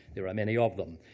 there are many of them.